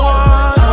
one